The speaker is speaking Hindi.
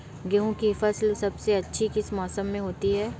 गेंहू की फसल सबसे अच्छी किस मौसम में होती है?